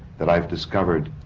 that i've discovered